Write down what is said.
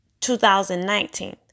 2019